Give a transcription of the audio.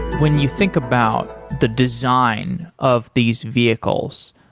when you think about the design of these vehicles,